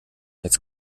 jetzt